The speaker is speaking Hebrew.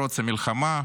פרוץ המלחמה,